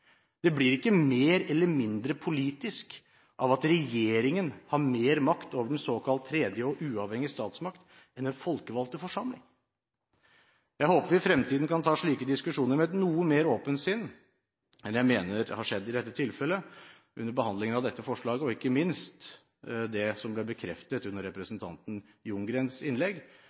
Det blir ikke mer eller mindre politisk av at regjeringen har mer makt over den såkalt tredje og uavhengige statsmakt enn den folkevalgte forsamling. Jeg håper vi i fremtiden kan ta slike diskusjoner med et noe mer åpent sinn enn det jeg mener har skjedd under behandlingen av dette forslaget, ikke minst etter det som ble bekreftet i representanten Ljunggrens innlegg,